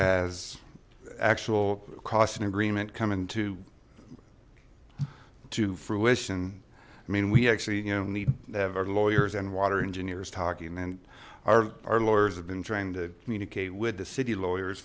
as actual cost and agreement come into to fruition i mean we actually you know need to have our lawyers and water engineers talking and our lawyers have been trying to communicate with the city lawyers